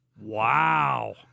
Wow